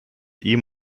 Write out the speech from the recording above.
ihm